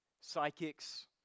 psychics